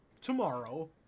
tomorrow